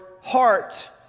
heart